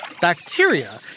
bacteria